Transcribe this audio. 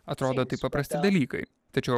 atrodo tai paprasti dalykai tačiau